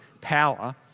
power